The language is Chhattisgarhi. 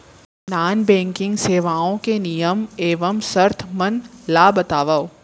नॉन बैंकिंग सेवाओं के नियम एवं शर्त मन ला बतावव